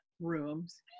rooms